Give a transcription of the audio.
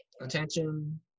attention